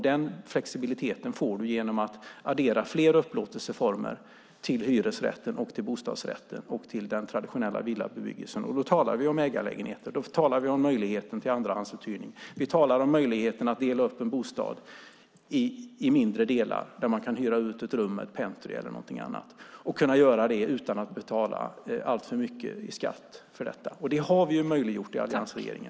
Den flexibiliteten får du genom att addera fler upplåtelseformer till hyresrätten, bostadsrätten och den traditionella villabebyggelsen. Då talar vi om ägarlägenheter och möjligheten till andrahandsuthyrning. Vi talar om möjligheten att dela upp en bostad i mindre delar där man kan hyra ut ett rum eller ett pentry utan att betala alltför mycket i skatt för detta. Det har vi möjliggjort i alliansregeringen.